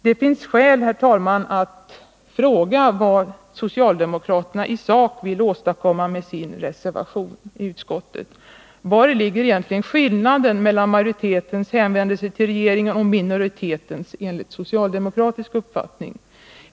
Det finns, herr talman, skäl att fråga: Vad vill socialdemokraterna i sak åstadkomma med sin reservation? Vari ligger enligt socialdemokratisk uppfattning skillnaden mellan majoritetens hänvändelse till regeringen och minoritetens?